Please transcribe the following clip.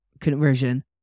conversion